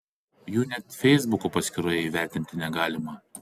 jų net feisbuko paskyroje įvertinti negalima